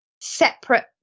separate